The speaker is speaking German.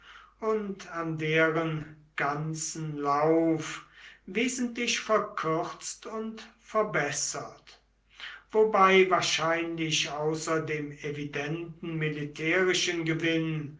und an deren ganzen lauf wesentlich verkürzt und verbessert wobei wahrscheinlich außer dem evidenten militärischen gewinn